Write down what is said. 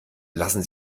lassen